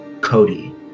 Cody